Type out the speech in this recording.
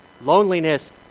loneliness